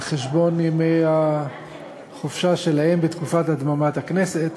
על חשבון ימי החופשה שלהם בתקופת הדממת הכנסת,